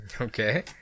Okay